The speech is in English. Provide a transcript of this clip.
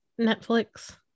Netflix